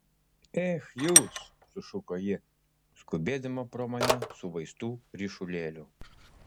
ech jūs sušuko ji skubėdama pro mane su vaistų ryšulėliu